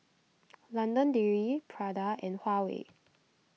London Dairy Prada and Huawei